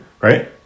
Right